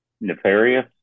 nefarious